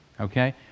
Okay